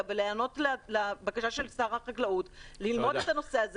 ולהיענות לבקשה של שר החקלאות ללמוד את הנושא הזה